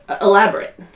elaborate